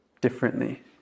differently